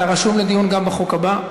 אתה רשום לדיון גם בחוק הבא.